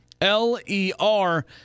L-E-R